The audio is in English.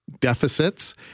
deficits